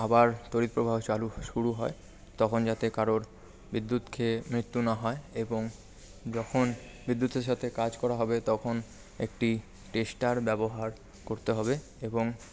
আবার তড়িৎ প্রবাহ চালু শুরু হয় তখন যাতে কারোর বিদ্যুৎ খেয়ে মৃত্যু না হয় এবং যখন বিদ্যুতের সাথে কাজ করা হবে তখন একটি টেস্টার ব্যবহার করতে হবে এবং